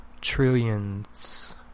trillions